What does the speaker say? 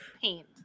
paint